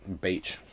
beach